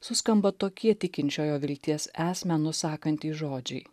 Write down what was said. suskamba tokie tikinčiojo vilties esmę nusakantys žodžiai